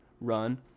run